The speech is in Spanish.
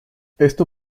esto